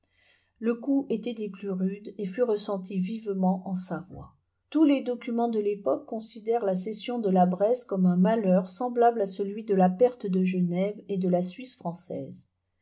le coup était des plus rudes et fut ressenti vivement en savoie tous les documents de l'époque considèrent la cession de la bresse comme un malheur semblable à celui de la perte de genève et de la suisse française